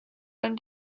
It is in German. allem